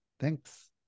Thanks